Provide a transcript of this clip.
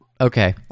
Okay